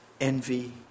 Envy